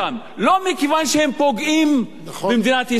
לא מכיוון שהם פוגעים במדינת ישראל,